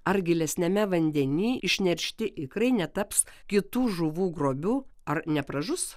ar gilesniame vandenyje išneršti ikrai netaps kitų žuvų grobiu ar nepražus